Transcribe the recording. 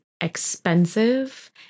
expensive